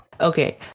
okay